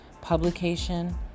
publication